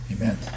Amen